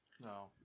No